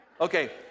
Okay